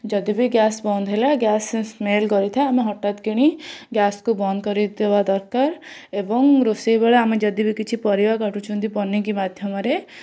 ଯଦି ବି ଗ୍ୟାସ୍ ବନ୍ଦ ହେଲା ଗ୍ୟାସ୍ ସ୍ମେଲ୍ କରୁଥାଏ ଆମେ ହଠାତ୍କିଣି ଗ୍ୟାସ୍ କୁ ବନ୍ଦ କରିଦେବା ଦରକାର ଏବଂ ରୋଷେଇବେଳେ ଆମେ ଯଦି ବି କିଛି ପରିବା କାଟୁଛନ୍ତି ପନିକି ମାଧ୍ୟମରେ